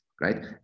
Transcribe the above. Right